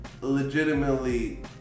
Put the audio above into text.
legitimately